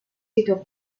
jedoch